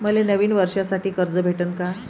मले नवीन वर्षासाठी कर्ज भेटन का?